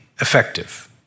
effective